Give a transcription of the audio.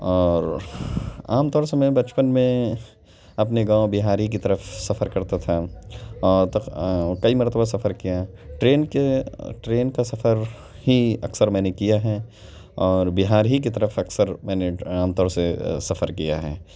اور عام طور سے میں بچپن میں اپنے گاؤں بہار ہی کی طرف سفر کرتا تھا اور تب کئی مرتبہ سفر کیا ٹرین کے ٹرین کا سفر ہی اکثر میں نے کیا ہے اور بہار ہی کی طرف اکثر میں نے عام طور سے سفر کیا ہے